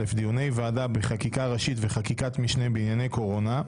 (א)דיוני ועדה בחקיקה ראשית וחקיקת משנה בענייני קורונה: